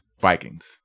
Vikings